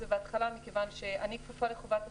זה בהתחלה כי אני כפופה לחובת הסודיות.